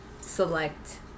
select